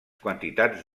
quantitats